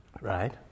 Right